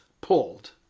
pulled